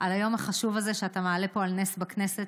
על היום החשוב הזה שאתה מעלה פה על נס בכנסת,